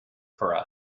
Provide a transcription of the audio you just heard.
for